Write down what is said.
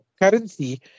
currency